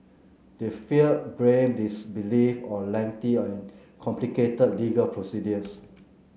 they fear blame disbelief or lengthy and complicated legal procedures